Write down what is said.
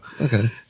Okay